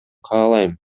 каалайм